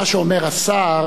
מה שאומר השר,